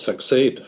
succeed